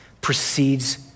precedes